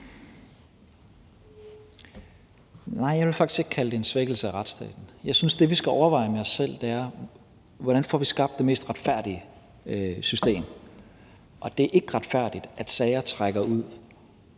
Nej, jeg vil faktisk ikke kalde det en svækkelse af retssalen. Jeg synes, det, vi skal overveje med os selv, er, hvordan vi får skabt det mest retfærdige system. Og det er ikke retfærdigt, at sager trækker ud.